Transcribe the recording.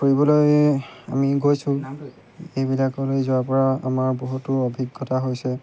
ফুৰিবলৈ আমি গৈছোঁ এইবিলাকলৈ যোৱাৰপৰা আমাৰ বহুতো অভিজ্ঞতা হৈছে